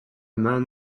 man